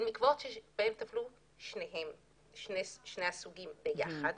ומקוואות בהם טבלו שני הסוגים יחד.